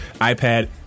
iPad